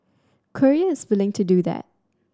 Korea is willing to do that